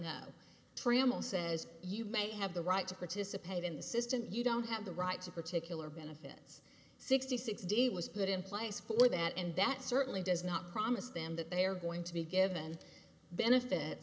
know trammell says you may have the right to participate in the system you don't have the right to particular benefits sixty six d was put in place for that and that certainly does not promise them that they are going to be given benefit